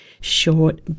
short